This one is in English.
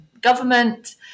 government